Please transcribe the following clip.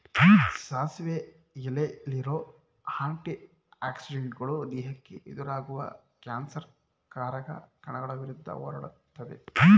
ಸಾಸಿವೆ ಎಲೆಲಿರೋ ಆಂಟಿ ಆಕ್ಸಿಡೆಂಟುಗಳು ದೇಹಕ್ಕೆ ಎದುರಾಗುವ ಕ್ಯಾನ್ಸರ್ ಕಾರಕ ಕಣಗಳ ವಿರುದ್ಧ ಹೋರಾಡ್ತದೆ